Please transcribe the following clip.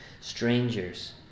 strangers